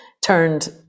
turned